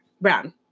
Brown